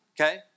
okay